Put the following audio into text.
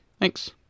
Thanks